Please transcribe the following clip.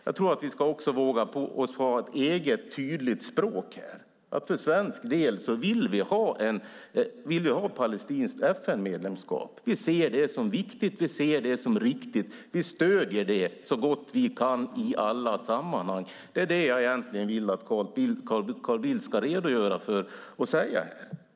Jag tror att vi också ska våga ha ett eget, tydligt språk här och säga att för svensk del vill vi ha ett palestinskt FN-medlemskap, att vi ser det som viktigt och riktigt och att vi stöder det så gott vi kan i alla sammanhang. Det är detta jag egentligen vill att Carl Bildt ska säga här.